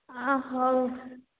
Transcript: ହଉ